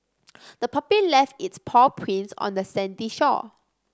the puppy left its paw prints on the sandy shore